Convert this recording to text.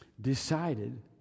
decided